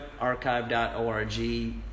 archive.org